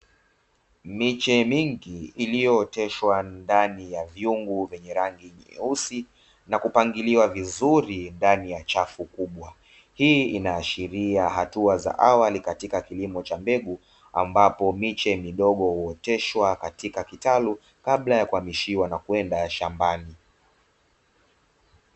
Miche mingi iliyooteshwa ndani ya vyungu vyenye rangi nyeusi, na kupangiliwa vizuri ndani ya chafu kubwa; hii inaashiria hatua za awali katika kilimo cha mbegu ambapo miche midogo huoteshwa katika kitalu, kabla ya kuhamishiwa na kwenda shambani.